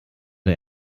der